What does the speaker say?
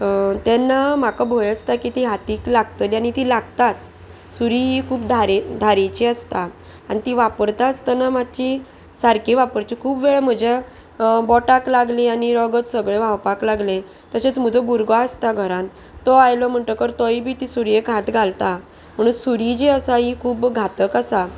तेन्ना म्हाका भंय आसता की ती हातीक लागतली आनी ती लागताच सुरी ही खूब धारी धारेची आसता आनी ती वापरता आसतना मातशी सारकी वापरची खूब वेळ म्हज्या बोटाक लागली आनी रगत सगळें व्हांवपाक लागलें तशेंच म्हजो भुरगो आसता घरांत तो आयलो म्हणटकर तोय बी ती सुरयेक हात घालता म्हणून सुरी जी आसा ही खूब घातक आसा